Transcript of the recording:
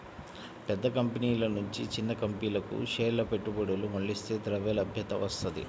పెద్ద కంపెనీల నుంచి చిన్న కంపెనీలకు షేర్ల పెట్టుబడులు మళ్లిస్తే ద్రవ్యలభ్యత వత్తది